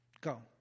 Go